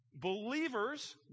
believers